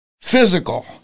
physical